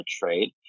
trade